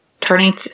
turning